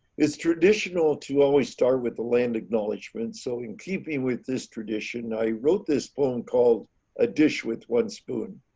is traditional to always start with the land acknowledgments. so, in keeping with this tradition, i wrote this poem called a dish with one spoon.